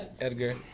Edgar